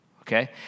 Okay